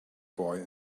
boy